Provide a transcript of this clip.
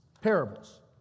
parables